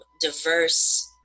diverse